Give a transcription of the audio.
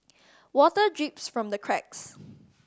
water drips from the cracks